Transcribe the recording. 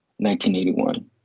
1981